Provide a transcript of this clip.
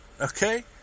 okay